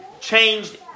changed